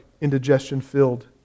indigestion-filled